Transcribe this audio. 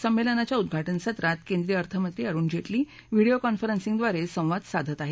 संमेलनाच्या उद्घाटन सत्रात केंद्रीय अर्थमंत्री अरुण जेटली व्हिडीओ कॉफरनसिंगद्वारे संवाद साधत आहेत